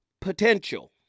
potential